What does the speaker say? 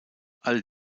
all